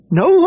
no